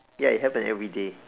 ya it happens everyday